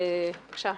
בבקשה.